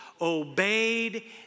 obeyed